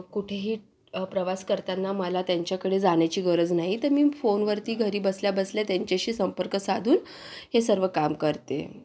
कुठेही प्रवास करतांना मला त्यांच्याकडे जाण्याची गरज नाही तर मी फोनवरती घरी बसल्याबसल्या त्यांच्याशी संपर्क साधून हे सर्व काम करते